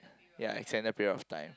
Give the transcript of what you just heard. ya extended period of time